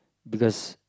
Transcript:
because